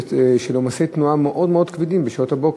בעומסי תנועה מאוד כבדים בשעות הבוקר.